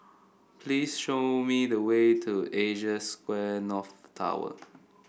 please show me the way to Asia Square North Tower